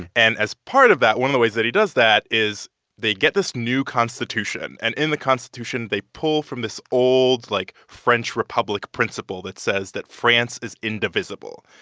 and as part of that, one of the ways that he does that is they get this new constitution. and in the constitution, they pull from this old, like, french republic principle that says that france is indivisible.